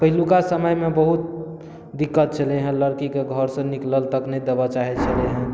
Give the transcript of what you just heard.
पहिलुका समय मे बहुत दिक्कत छलै हँ लड़कीके घरसँ निकलल तक नहि देबऽ चाहै छलै